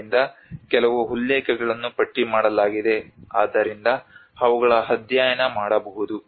ಆದ್ದರಿಂದ ಕೆಲವು ಉಲ್ಲೇಖಗಳನ್ನು ಪಟ್ಟಿಮಾಡಲಾಗಿದೆ ಆದ್ದರಿಂದ ಅವುಗಳ ಅಧ್ಯಯನ ಮಾಡಬಹುದು